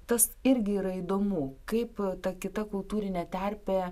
tas irgi yra įdomu kaip ta kita kultūrinė terpė